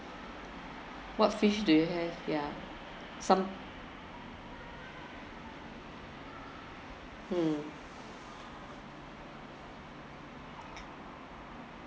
what fish do you have some mm